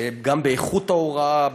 גם באיכות ההוראה,